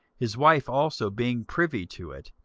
his wife also being privy to it,